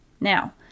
now